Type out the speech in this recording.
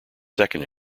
second